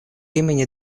имени